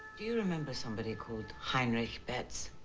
do you remember somebody called heinrich betts?